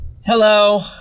Hello